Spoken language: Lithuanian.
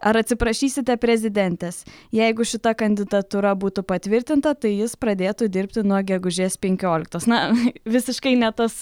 ar atsiprašysite prezidentės jeigu šita kandidatūra būtų patvirtinta tai jis pradėtų dirbti nuo gegužės penkioliktos na visiškai ne tas